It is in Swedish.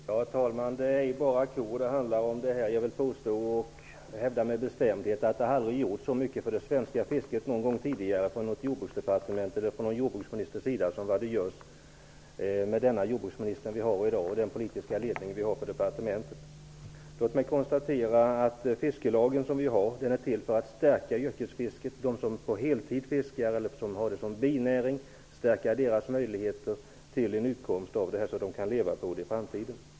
Herr talman! Det är inte bara kor det här handlar om. Jag hävdar med bestämdhet att det aldrig någon gång tidigare har gjorts så mycket för det svenska fisket från Jordbruksdepartementets sida som i dag, med den jordbruksminister vi har och med den politiska ledning vi har på departementet. Låt mig konstatera att fiskelagen är till för att stärka yrkesfisket och möjligheterna för dem som fiskar på heltid eller har det som binäring att få sin utkomst av det och leva på det i framtiden.